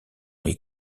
les